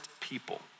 people